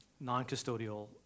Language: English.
non-custodial